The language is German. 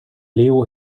leo